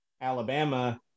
Alabama